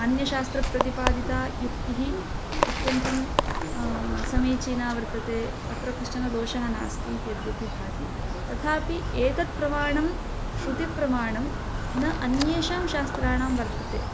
अन्यशास्त्रप्रतिपादिता उक्तिः अत्यन्तं समीचीना वर्तते अत्र कश्चनः दोषः नास्ति इति यद्यपि भाति तथापि एतत् प्रमाणं श्रुतिप्रमाणं न अन्येषां शास्त्राणां वर्तते